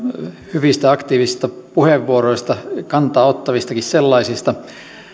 hyvistä aktiivisista puheenvuoroista kantaa ottavistakin sellaisista